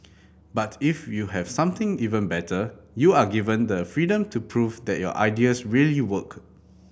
but if you have something even better you are given the freedom to prove that your ideas really work